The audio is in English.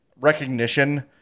recognition